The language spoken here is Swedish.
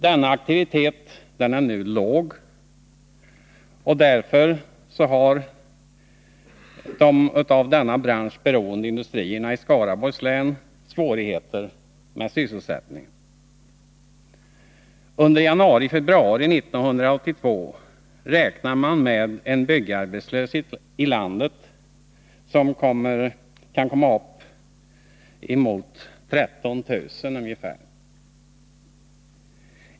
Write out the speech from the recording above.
Denna aktivitet är nu låg, och därför har de av denna bransch beroende industrierna i Skaraborgs län svårigheter med sysselsättningen. Under januari och februari 1982 räknar man med en byggarbetslöshet i landet som kan komma att uppgå till ungefär 13 000.